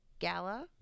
gala